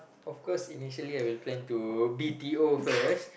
of course initially I will plan to b_t_o first